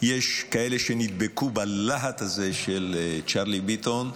יש כאלה שנדבקו בלהט הזה של צ'רלי ביטון,